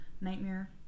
nightmare